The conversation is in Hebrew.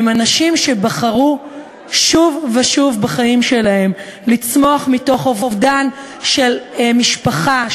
הם אנשים שבחרו שוב ושוב בחיים שלהם לצמוח מתוך אובדן של משפחה,